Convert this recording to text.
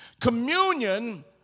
Communion